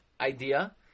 idea